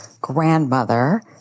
grandmother